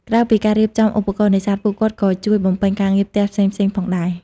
ក្រៅពីការរៀបចំឧបករណ៍នេសាទ ពួកគាត់ក៏ជួយបំពេញការងារផ្ទះផ្សេងៗផងដែរ។